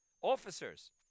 officers